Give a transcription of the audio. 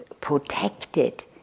protected